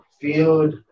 field